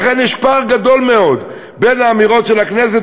לכן יש פער גדול מאוד בין האמירות של הכנסת